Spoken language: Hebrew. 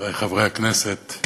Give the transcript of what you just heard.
חברי חברי הכנסת,